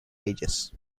ages